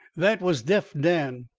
that was deaf dan.